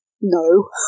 No